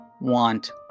want